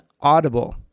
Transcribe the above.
Audible